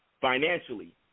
Financially